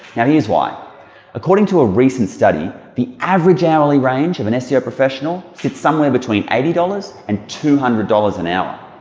now here's why according to a recent study the average hourly range of an seo professional is somewhere between eighty dollars and two hundred dollars an hour.